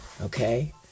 Okay